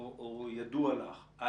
או ידוע לך,